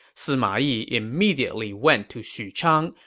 sima yi immediately went to xuchang,